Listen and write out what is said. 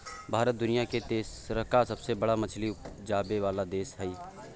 भारत दुनिया के तेसरका सबसे बड़ मछली उपजाबै वाला देश हय